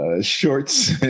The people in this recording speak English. shorts